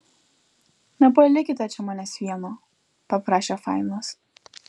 nepalikite čia manęs vieno paprašė fainas